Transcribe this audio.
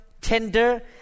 tender